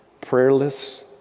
prayerless